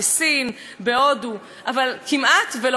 אבל כמעט לא דיבר על יהדות העולם,